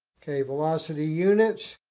ok. velocity units.